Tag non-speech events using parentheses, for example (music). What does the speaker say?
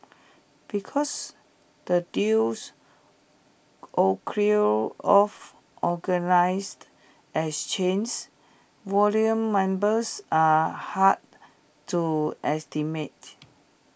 because the deals (unintelligible) off organised exchanges volume numbers are hard to estimate